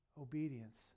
Obedience